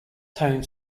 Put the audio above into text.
tone